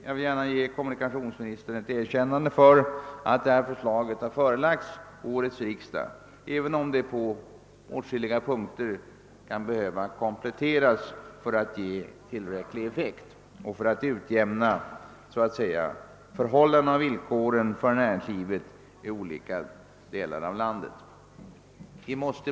Jag vill ge kommunikationsministern ett erkännande för att förslaget härom förelagts årets riksdag, även om det på åtskilliga punkter kan behöva kompletteras för att få erforderlig effekt och för att åstadkomma en utjämning av förhållandena och villkoren för näringslivet i olika delar av landet.